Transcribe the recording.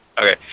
Okay